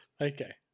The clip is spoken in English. Okay